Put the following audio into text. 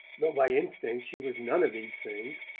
though by instinct she was none of these things,